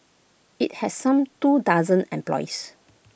IT has some two dozen employees